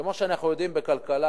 כמו שאנחנו יודעים בכלכלה,